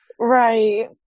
right